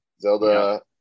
Zelda